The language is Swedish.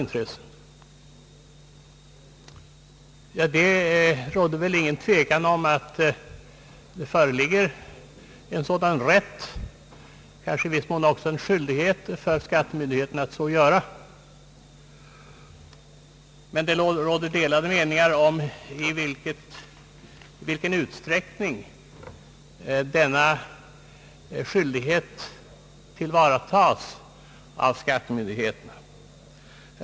Jo, det råder ingen tvekan om att skattemyndigheterna har en rätt, och kanske i viss mån en skyldighet, att så göra. Men det är delade meningar om i vilken utsträckning denna skyldighet tillvaratas av skattemyndigheterna.